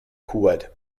kuwait